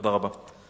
תודה רבה.